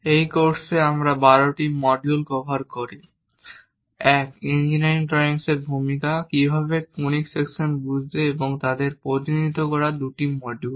এই কোর্সে আমরা 12টি মডিউল কভার করি 1 ইঞ্জিনিয়ারিং ড্রয়িং এর ভূমিকা কিভাবে কনিক সেকশন বুঝতে এবং তাদের প্রতিনিধিত্ব করার 2 মডিউল